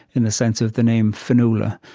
in the sense of the name, fionnuala.